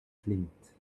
klingt